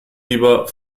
lieber